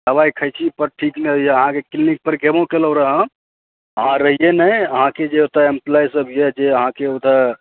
दवाइ खाइ छी पर ठीक नहि होइया अहाँकेँ क्लिनिक पर गेबो केलहुँ रह अहाँ रहियै नहि अहाँकेँ जे ओतऽ इम्प्लॉय सभ यऽ जे अहाँकेँ ओतऽ